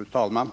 Fru talman!